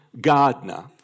Gardner